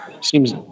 seems